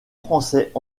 français